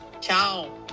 ciao